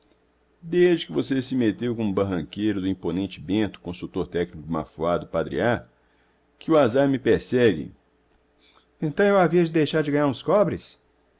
desde que você se meteu como barraqueiro do imponente bento consultor técnico do mafuá do padre a que o azar me persegue então eu havia de deixar de ganhar uns cobres